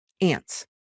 ants